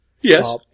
Yes